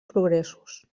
progressos